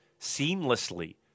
seamlessly